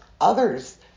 others